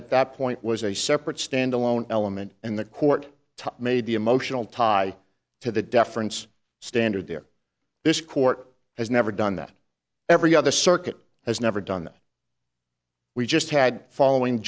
at that point was a separate standalone element and the court made the emotional tie to the deference standard there this court has never done that every other circuit has never done that we just had following